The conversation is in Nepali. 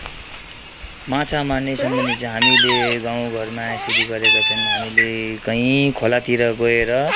माछा मार्ने सम्बन्धी चाहिँ हामीले गाउँ घरमा यसरी गरेको चाहिँ हामीले कही खोलातिर गएर